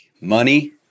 Money